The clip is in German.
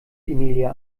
emilia